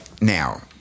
now